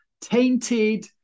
tainted